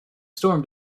storm